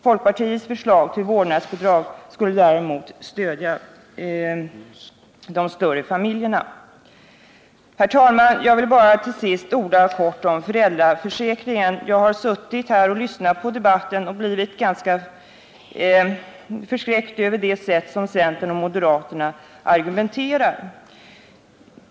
Folkpartiets förslag till vårdnadsbidrag skulle däremot stödja de större familjerna. Herr talman! Jag vill bara till sist helt kort orda något om föräldraförsäkringen. Jag har suttit här och lyssnat på debatten och blivit ganska förskräckt över det sätt på vilket moderaterna och centerpartisterna har argumenterat.